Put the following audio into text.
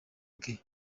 bwe